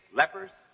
lepers